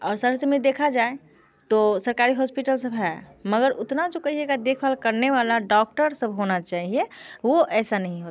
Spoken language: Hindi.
और सर्च में देखा जाए तो सरकारी होस्पिटल सब है मगर उतना जो कहिएगा देखभाल करने वाला डॉक्टर सब होना चाहिए वो ऐसा नहीं होता है